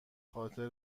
خاطر